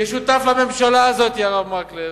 כשותף לממשלה הזאת, הרב מקלב,